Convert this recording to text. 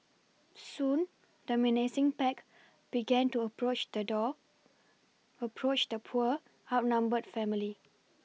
soon the menacing pack began to approach the door approach the poor outnumbered family